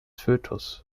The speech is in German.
fötus